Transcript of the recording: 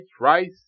Rice